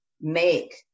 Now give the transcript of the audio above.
make